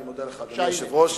אני מודה לך, אדוני היושב-ראש.